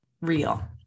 real